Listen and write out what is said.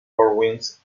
borrowings